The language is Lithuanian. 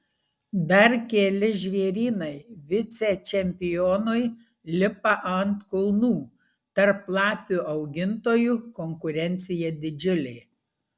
dar keli žvėrynai vicečempionui lipa ant kulnų tarp lapių augintojų konkurencija didžiulė